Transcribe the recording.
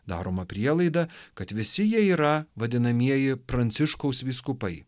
daroma prielaida kad visi jie yra vadinamieji pranciškaus vyskupai